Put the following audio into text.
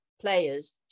players